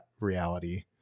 reality